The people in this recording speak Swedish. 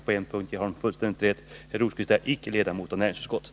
På en punkt ger jag honom fullständigt rätt. Herr Rosqvist är inte ledamot av näringsutskottet.